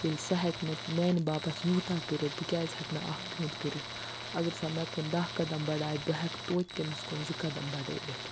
ییٚلہِ سُہ ہیٚکہِ مےٚ میانہِ باپَتھ یوٗتاہ کٔرِتھ بہٕ کیازِ ہیٚکہٕ نہٕ اَکھ پیوٗنت کٔرِتھ اگر سۄ مےٚ کُن دَہ قدم بڑایہِ بہٕ ہیکہٕ توتہِ تٔمِس کُن زٕ قدم بڑٲوِتھ